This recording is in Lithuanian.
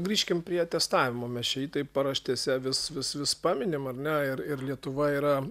grįžkim prie testavimo mes čia jį taip paraštėse vis vis vis paminim ar ne ir ir lietuva yra